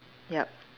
yup